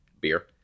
Beer